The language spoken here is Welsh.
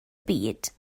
byd